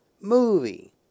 Movie